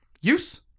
use